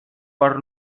per